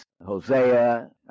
Hosea